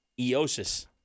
Eosis